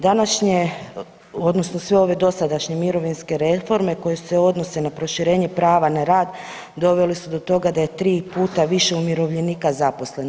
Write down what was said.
Današnje odnosno sve ove dosadašnje mirovinske reforme koje se odnose na proširenja prava na rad doveli su do tog da je 3 puta više umirovljenika zaposleno.